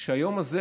שהיום הזה,